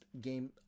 game